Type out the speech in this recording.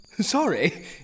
sorry